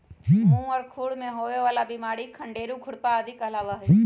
मुह और खुर में होवे वाला बिमारी खंडेरू, खुरपा आदि कहलावा हई